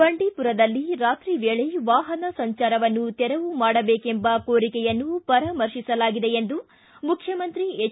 ಬಂಡಿಪುರದಲ್ಲಿ ರಾತ್ರಿ ವೇಳೆ ವಾಹನ ಸಂಚಾರವನ್ನು ತೆರವು ಮಾಡಬೇಕೆಂಬ ಕೋರಿಕೆಯನ್ನು ಪರಾಮರ್ತಿಸಲಾಗಿದೆ ಎಂದು ಮುಖ್ಯಮಂತ್ರಿ ಎಚ್